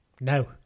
No